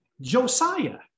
Josiah